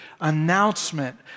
announcement